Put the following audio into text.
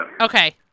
Okay